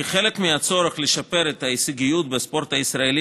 כחלק מהצורך לשפר את ההישגיות בספורט הישראלי